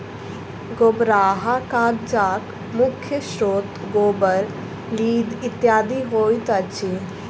गोबराहा कागजक मुख्य स्रोत गोबर, लीद इत्यादि होइत अछि